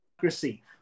democracy